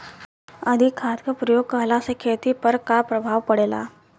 अधिक खाद क प्रयोग कहला से खेती पर का प्रभाव पड़ेला?